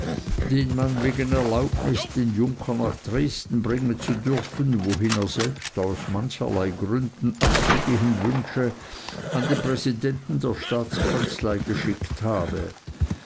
den man wegen erlaubnis den junker nach dresden bringen zu dürfen wohin er selbst aus mancherlei gründen abzugehen wünsche an den präsidenten der staatskanzlei geschickt habe